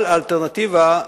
אבל האלטרנטיבה,